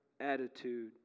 attitude